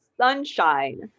sunshine